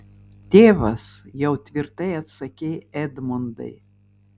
tėvas jau tvirtai atsakei edmundai